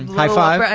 high-five?